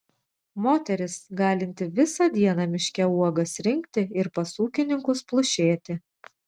moteris galinti visą dieną miške uogas rinkti ir pas ūkininkus plušėti